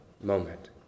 moment